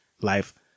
life